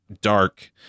dark